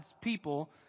people